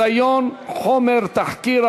(חסיון חומר תחקיר),